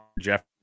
Jeff